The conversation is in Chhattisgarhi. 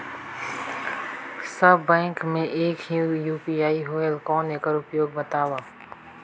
सब बैंक मे एक ही यू.पी.आई होएल कौन एकर उपयोग बताव?